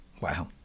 Wow